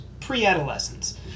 pre-adolescence